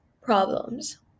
problems